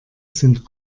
sind